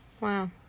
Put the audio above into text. Wow